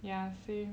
ya same